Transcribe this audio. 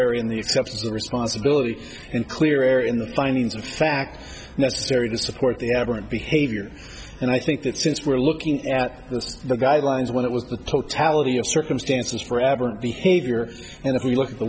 in the exceptions the responsibility in clear air in the findings of fact necessary to support the average behavior and i think that since we're looking at the guidelines when it was the totality of circumstances for average behavior and if we look at the